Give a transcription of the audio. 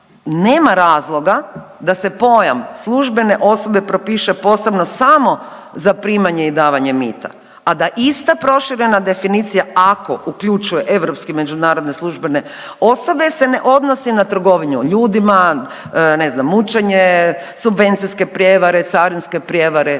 nema razloga da se pojam službene osobe propiše posebno samo za primanje i davanje mita, a da ista proširena definicija, ako uključuje europske međunarodne službene osobe se ne odnosi na trgovinu ljudima, ne znam, mučenje, subvencijske prijevare, carinske prijevare